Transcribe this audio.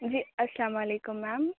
جی السّلام علیکم میم